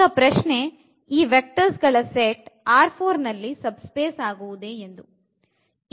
ಈಗ ಪ್ರಶ್ನೆ ಈ ವೆಕ್ಟರ್ಸ್ ಗಳ ಸೆಟ್ ನಲ್ಲಿ ಸಬ್ ಸ್ಪೇಸ್ ಆಗುವುದೇ ಎಂದು